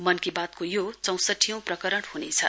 मनकी बात को यो चौसठीऔं प्रकरण हुनेछ